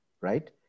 right